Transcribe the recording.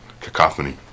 cacophony